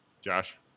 Josh